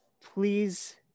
please